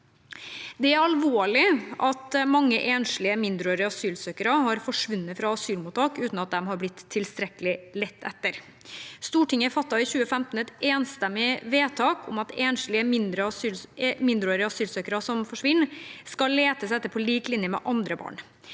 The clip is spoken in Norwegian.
Det er alvorlig at mange enslige mindreårige asylsøkere har forsvunnet fra asylmottak uten at de har blitt tilstrekkelig lett etter. Stortinget fattet et enstemmig vedtak i 2015 om at enslige mindreårige asylsøkere som forsvinner, skal letes etter på lik linje med andre barn.